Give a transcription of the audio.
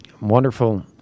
wonderful